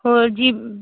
ਹੋਰ ਜੀ